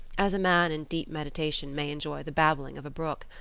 as a man in deep meditation may enjoy the babbling of a brook.